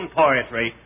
poetry